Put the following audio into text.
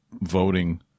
voting